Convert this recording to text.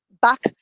Back